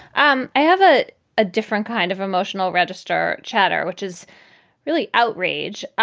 um i have a ah different kind of emotional register chatter, which is really outrage.